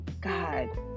God